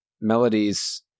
melodies